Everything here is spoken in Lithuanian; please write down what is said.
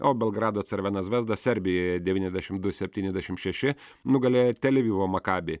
o belgrado cervena zvezda serbijoje devyniasdešimt du septyniasdešimt šeši nugalėjo tel avivo makabi